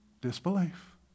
Disbelief